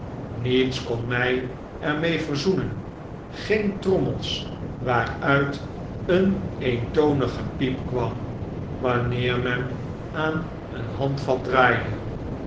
roerloosmaken nietskon mi er mee verzoenen geen trommels waaruit een eentonig gepiep kwam wanneer men aan een handvat